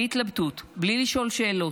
בלי התלבטות, בלי לשאול שאלות.